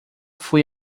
fui